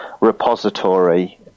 repository